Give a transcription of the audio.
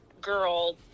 girl